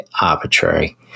arbitrary